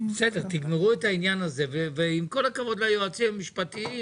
תגמרו את העניין הזה ועם כל הכבוד ליועצים המשפטיים